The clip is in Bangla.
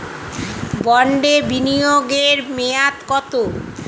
বন্ডে বিনিয়োগ এর মেয়াদ কত?